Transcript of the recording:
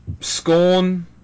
Scorn